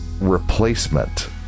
replacement